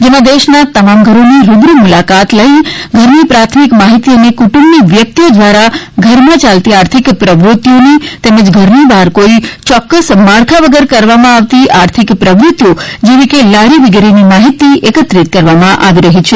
જેમાં દેશના તમામ ઘરોની રૂબરૂ મુલાકાત લઇ ઘરની પ્રાથમિક માહિતી અને કુટુંબની વ્યક્તિઓ દ્વારા ઘરમાં ચાલતી આર્થિક પ્રવૃત્તિઓની તેમજ ઘરની બહાર કોઇ ચોક્ક્સ માળખા વગર કરવામાં આવતી આર્થિક પ્રવૃત્તિઓ જેવી કે લારી વગેરેની માહિતી એકત્રિત કરવામાં આવી રહી છે